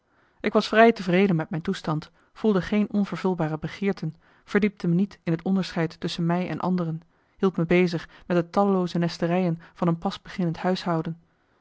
ik was vrij tevreden met mijn toestand voelde geen onvervulbare begeerten verdiepte me niet in het onderscheid tusschen mij en anderen hield me bezig met de tallooze nesterijen van een pas beginnend huishouden